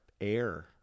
Air